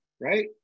right